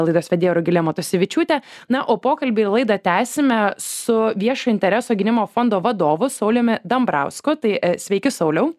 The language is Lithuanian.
laidos vedėja rugilė matusevičiūtė na o pokalbį ir laidą tęsime su viešo intereso gynimo fondo vadovu sauliumi dambrausku tai sveiki sauliau